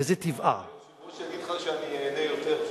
וזה טבעה, היושב-ראש יגיד לך שאני איהנה יותר שם.